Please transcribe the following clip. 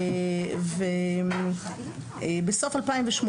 ובסוף 2018,